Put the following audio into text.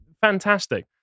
fantastic